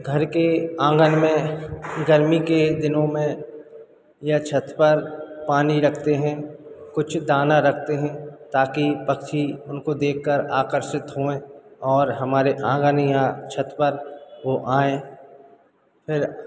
घर के आँगन में गर्मी के दिनों में या छत पर पानी रखते हैं कुछ दाना रखते हैं ताकि पक्षी उसको देखकर आकर्षित हों और हमारे आँगन या छत पर वे आएँ फिर